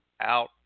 out